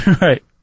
Right